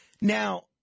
Now